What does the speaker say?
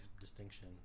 distinction